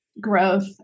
growth